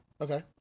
okay